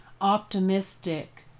optimistic